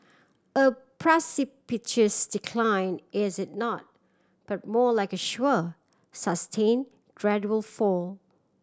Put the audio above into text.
a precipitous decline is it not but more like a sure sustain gradual fall